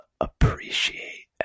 appreciate